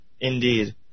Indeed